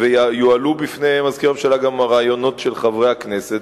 ויועלו בפני מזכיר הממשלה גם הרעיונות של חברי הכנסת,